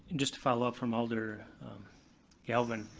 just to follow up from alder galvin,